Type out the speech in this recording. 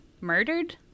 murdered